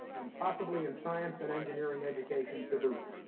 and possibly in science and engineering education to boot.